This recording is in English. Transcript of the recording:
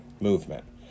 movement